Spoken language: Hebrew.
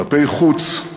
כלפי חוץ,